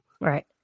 Right